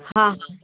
हाँ हाँ